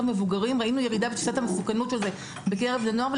מבוגרים ראינו ירידה בתפיסת המסוכנות של זה בקרב בני נוער,